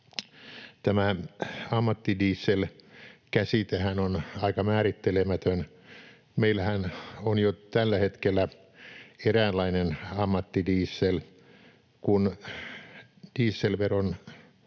Tämä ammattidiesel-käsitehän on aika määrittelemätön. Meillähän on jo tällä hetkellä eräänlainen ammattidiesel, kun dieselöljyn